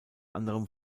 anderem